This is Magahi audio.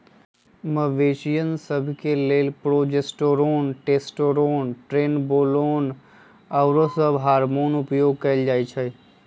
मवेशिय सभ के लेल प्रोजेस्टेरोन, टेस्टोस्टेरोन, ट्रेनबोलोन आउरो सभ हार्मोन उपयोग कयल जाइ छइ